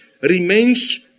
remains